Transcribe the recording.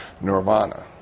nirvana